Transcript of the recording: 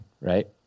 right